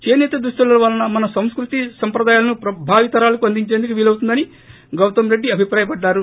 చేసేత దుస్తుల వల్ల మన సంస్ఫుతి సంప్రదాయాలను భావితరాలకు అందించేందుకు వీలవుతుందని గౌతమ్ రెడ్లి తెభిప్రాయపడ్లారు